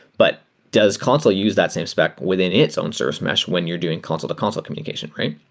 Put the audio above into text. but does consul use that same spec within its own service mesh when you're doing consul to consul communication, right?